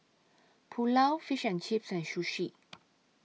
Pulao Fish and Chips and Sushi